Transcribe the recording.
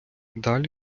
далі